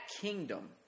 kingdom